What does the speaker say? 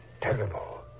terrible